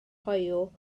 hoyw